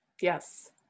yes